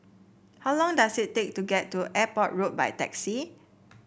how long does it take to get to Airport Road by taxi